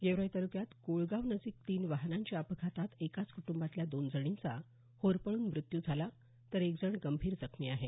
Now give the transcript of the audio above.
गेवराई तालुक्यात कोळगाव नजिक तीन वाहनांच्या अपघातात एकाच कुटुंबातल्या दोन जणींचा होरपळून मृत्यू झाला तर एक जण गंभीर जखमी आहे